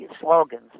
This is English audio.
slogans